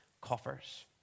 coffers